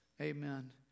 Amen